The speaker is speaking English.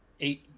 eight